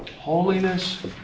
Holiness